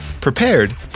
prepared